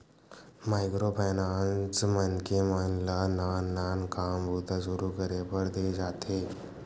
micro finance मनखे मन ल नान नान काम बूता सुरू करे बर देय जाथे